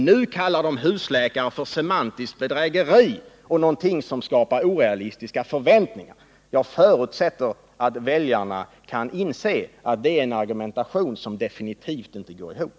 Nu kallar de husläkare för semantiskt bedrägeri och någonting som skapar orealistiska förväntningar. Jag förutsätter att väljarna kan inse att det är en argumentation som definitivt inte går ihop.